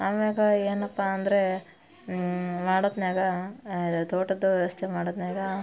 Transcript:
ಆಮ್ಯಾಲ ಏನಪ್ಪ ಅಂದರೆ ಮಾಡೊತ್ನ್ಯಾಗ ಇದು ತೋಟದ ವ್ಯವಸ್ಥೆ ಮಾಡೊತ್ನ್ಯಾಗ